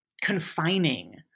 confining